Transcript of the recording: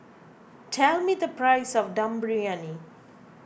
tell me the price of Dum Briyani